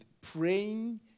praying